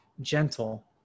gentle